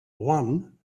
won